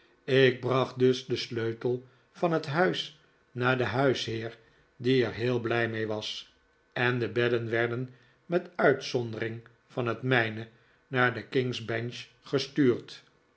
ik bracht dus den steutel van het huis naar den huisheer die er heel blij mee was en de bedden werden met uitzondering van het mijne naar de king's bench gestuurd